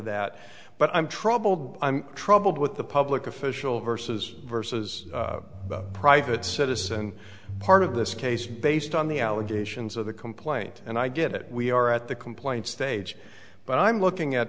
that but i'm troubled i'm troubled with the public official versus versus private citizen part of this case based on the allegations of the complaint and i get that we are at the complaint stage but i'm looking at